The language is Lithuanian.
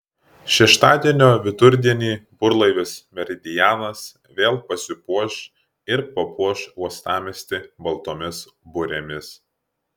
šeštadienio vidurdienį burlaivis meridianas vėl pasipuoš ir papuoš uostamiestį baltomis burėmis